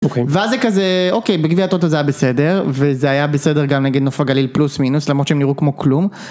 ואז זה כזה, אוקיי, בגביע הטוטו זה היה בסדר וזה היה בסדר גם נגד נוף הגליל פלוס מינוס למרות שהם נראו כמו כלום